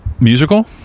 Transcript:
musical